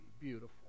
beautiful